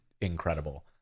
incredible